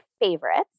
favorites